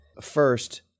First